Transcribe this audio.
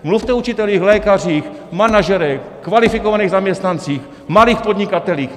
Mluvte o učitelích, lékařích, manažerech, kvalifikovaných zaměstnancích, malých podnikatelích!